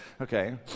okay